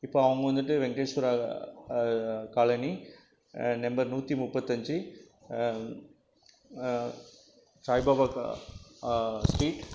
இப்போது அவங்க வந்துவிட்டு வெங்கடேஸ்வரா காலனி நம்பர் நூற்றி முப்பத்தஞ்சு சாய் பாபா ஸ்ட்ரீட்